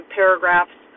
paragraphs